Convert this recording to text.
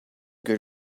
good